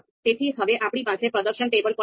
તેથી હવે આપણી પાસે પ્રદર્શન ટેબલ પણ છે